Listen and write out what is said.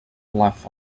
left